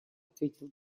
ответил